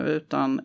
utan